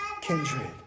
kindred